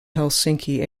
helsinki